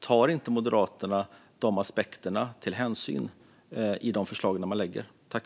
Tar inte Moderaterna hänsyn till de aspekterna i de förslag man lägger fram?